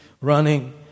running